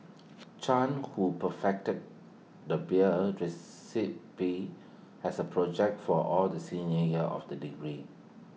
chan who perfected the beer recipe as A project for all the senior year of the degree